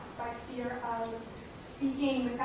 by fear of speaking